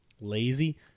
lazy